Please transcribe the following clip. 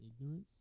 ignorance